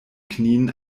knien